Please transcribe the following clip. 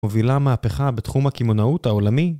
מובילה מהפכה בתחום הקימעונאות העולמי